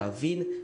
להבין,